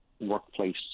workplace